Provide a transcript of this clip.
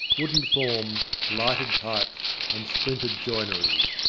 wooden forms, lighted pipes and splintered joinery.